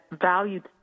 valued